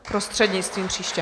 Prostřednictvím, příště.